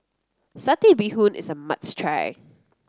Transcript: Satay Bee Hoon is a must try